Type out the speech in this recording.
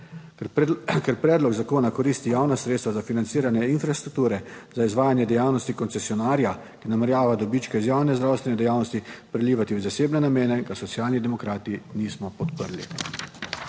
Ker predlog zakona koristi javna sredstva za financiranje infrastrukture za izvajanje dejavnosti koncesionarja, ki namerava dobičke iz javne zdravstvene dejavnosti prelivati v zasebne namene, ga Socialni demokrati nismo podprli.